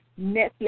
Netflix